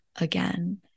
again